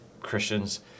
Christians